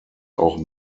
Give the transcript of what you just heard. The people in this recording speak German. auch